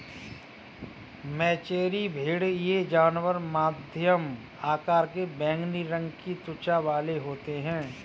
मेचेरी भेड़ ये जानवर मध्यम आकार के बैंगनी रंग की त्वचा वाले होते हैं